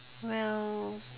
well